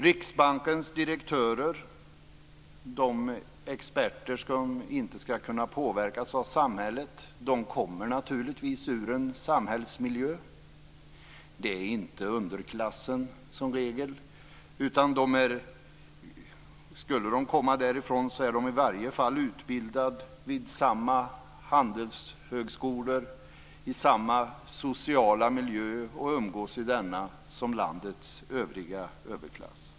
Riksbankens direktörer, de experter som inte skall kunna påverkas av samhället, kommer naturligtvis ur en samhällsmiljö. Det är som regel inte underklassen. Om de skulle komma därifrån är de i varje fall utbildade vid samma handelshögskolor och i samma sociala miljö och umgås i denna som landets övriga överklass.